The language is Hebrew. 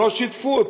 שלא שיתפו אותו,